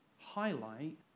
highlight